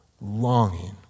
Longing